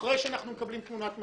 אחרי שאנחנו מקבלים תמונת מצב,